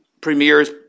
Premier's